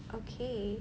okay